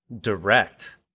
Direct